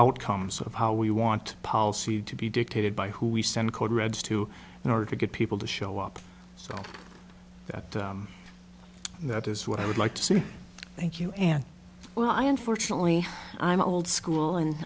outcomes of how we want policy to be dictated by who we send code reds to in order to get people to show up so that that is what i would like to say thank you and well i unfortunately i'm old school and